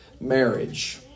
marriage